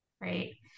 Great